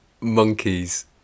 monkeys